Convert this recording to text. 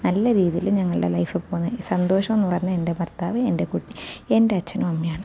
നല്ല രീതിയിൽ ഞങ്ങളുടെ ലൈഫ് പോകുന്നത് സന്തോഷം എന്നു പറഞ്ഞാൽ എൻ്റെ ഭർത്താവ് എൻ്റെ കുട്ടി എൻ്റെ അച്ഛനും അമ്മയുമാണ്